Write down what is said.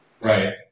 Right